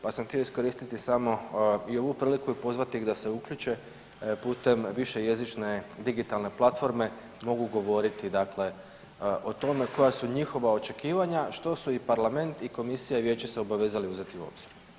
Pa sam htio iskoristiti samo i ovu priliku i pozvati ih da se uključe putem višejezične digitalne platforme mogu govoriti o tome koja su njihova očekivanja, što su Parlament i Komisija i Vijeće se obavezali uzeti u obzir.